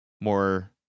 more